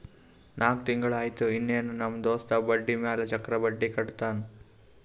ನಾಕ್ ತಿಂಗುಳ ಆಯ್ತು ಇನ್ನಾನೂ ನಮ್ ದೋಸ್ತ ಬಡ್ಡಿ ಮ್ಯಾಲ ಚಕ್ರ ಬಡ್ಡಿ ಕಟ್ಟತಾನ್